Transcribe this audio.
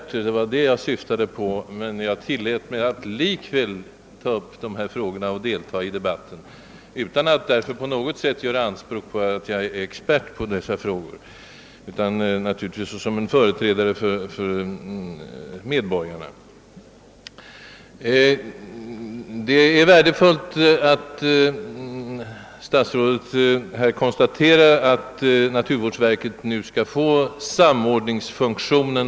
Det var denne naturvårdare jag syftade på när jag sade att jag likväl tillät mig att som företrädare för medborgarna delta i debatten utan att på något sätt därför göra anspråk på att vara expert på dessa frågor. Det är värdefullt att statsrådet här understryker att naturvårdsverket nu skall få en samordningsfunktion.